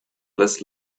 less